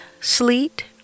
sleet